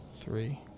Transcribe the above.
three